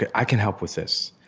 i can help with this.